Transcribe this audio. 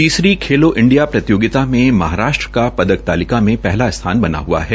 तीसरी खेलों इंडिया प्रतियोगिता में महाराष्ट्र का पदक तालिका में पहला स्थान बना हुआ है